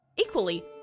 Equally